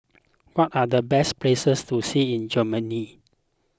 what are the best places to see in Germany